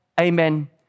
amen